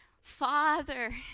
father